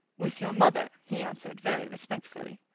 with your mother, he answered very respectfully.